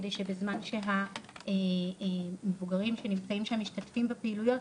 כדי שבזמן שהמבוגרים שנמצאים שם משתתפים בפעילויות,